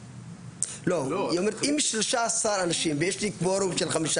אם 13 אנשים ויש לי קוורום של חמישה